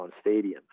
stadium